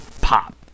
pop